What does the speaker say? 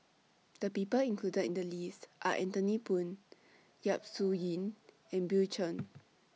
The People included in The list Are Anthony Poon Yap Su Yin and Bill Chen